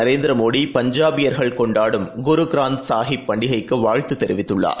நரேந்திரமோடி பஞ்சாபியர்கள் கொண்டாடும் குரு க்ரந்த் சாஹிப் பண்டிகைக்குவாழ்த்துதெரிவித்துள்ளார்